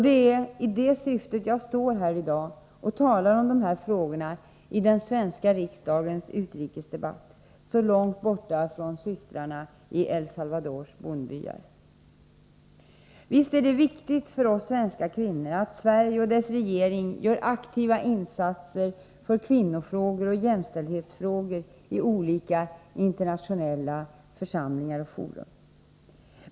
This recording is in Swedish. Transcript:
Det är i det syftet jag står här i dag och talar om dessa frågor i den svenska riksdagens utrikesdebatt — så långt borta från systrarna i El Salvadors bondbyar. Visst är det viktigt för oss svenska kvinnor att Sverige och dess regering gör aktiva insatser för kvinnofrågor och jämställdhetsfrågor i olika internationella församlingar och fora.